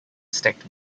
stacked